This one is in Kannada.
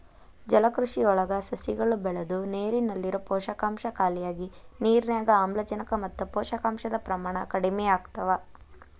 ಜಲಕೃಷಿಯೊಳಗ ಸಸಿಗಳು ಬೆಳದು ನೇರಲ್ಲಿರೋ ಪೋಷಕಾಂಶ ಖಾಲಿಯಾಗಿ ನಿರ್ನ್ಯಾಗ್ ಆಮ್ಲಜನಕ ಮತ್ತ ಪೋಷಕಾಂಶದ ಪ್ರಮಾಣ ಕಡಿಮಿಯಾಗ್ತವ